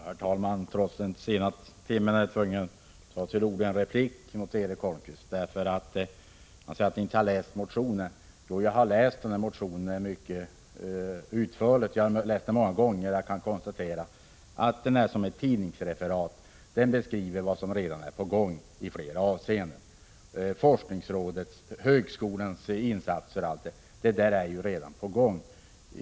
Herr talman! Trots den sena timmen är jag tvungen att ta till orda i en replik till Erik Holmkvist. Han sade att jag inte har läst motionen. Jo, jag har läst motionen mycket noggrant och många gånger. Jag har då kunnat konstatera att den är som ett tidningsreferat. I motionen beskrivs vad som redan är på gång i flera avseenden — forskningsrådets arbete, högskolans insatser m.m.